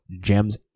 gems